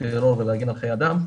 טרור ולהגן על חיי אדם,